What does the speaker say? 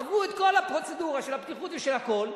עברו את כל הפרוצדורה של הבטיחות ושל הכול,